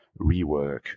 rework